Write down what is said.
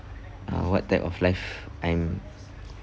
uh what type of life I'm